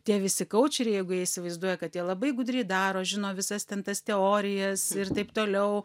tie visi kaučeriai jeigu jie įsivaizduoja kad jie labai gudriai daro žino visas ten tas teorijas ir taip toliau